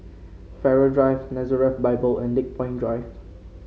Farrer Drive Nazareth Bible and Lakepoint Drive